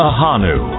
Ahanu